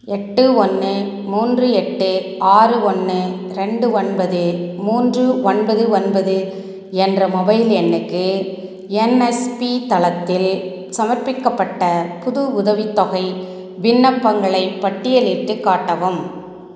எட்டு ஒன்று மூன்று எட்டு ஆறு ஒன்று ரெண்டு ஒன்பது மூன்று ஒன்பது ஒன்பது என்ற மொபைல் எண்ணுக்கு என்எஸ்பி தளத்தில் சமர்ப்பிக்கப்பட்ட புது உதவித்தொகை விண்ணப்பங்களைப் பட்டியலிட்டுக் காட்டவும்